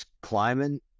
climbing